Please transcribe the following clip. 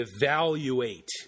evaluate